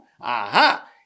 Aha